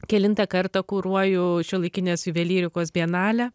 kelintą kartą kuruoju šiuolaikinės juvelyrikos bianalė